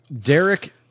Derek